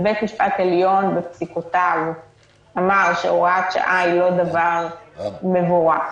ובית המשפט העליון בפסיקותיו אמר שהוראת שעה היא לא דבר מבורך,